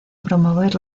promover